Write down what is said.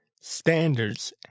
standards